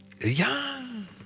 Young